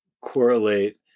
correlate